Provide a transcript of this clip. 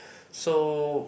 so